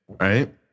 Right